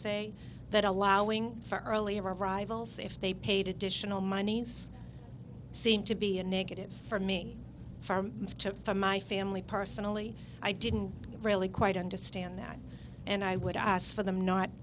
say that allowing for early arrivals if they paid additional monies seemed to be a negative for me for to for my family personally i didn't really quite understand that and i would ask for them not